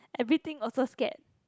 everything also scared